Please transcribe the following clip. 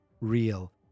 real